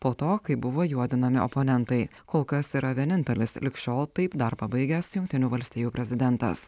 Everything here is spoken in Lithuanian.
po to kai buvo juodinami oponentai kol kas yra vienintelis lig šiol taip dar pabaigęs jungtinių valstijų prezidentas